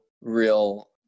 real